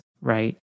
right